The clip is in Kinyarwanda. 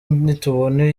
nitubona